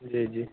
जी जी